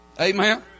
amen